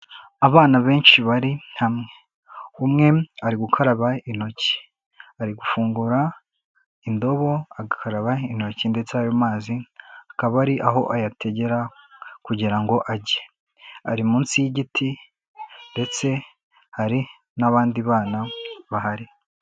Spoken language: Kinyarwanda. Abana benshi bari hamwe. Umwe ari gukaraba intoki ari gufungura indobo agakaraba intoki ndetse ayo mazi akaba ari aho ayategera kugira ngo ajye. Ari munsi y'igiti ndetse hari n'abandi bana bahari.